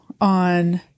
on